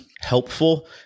helpful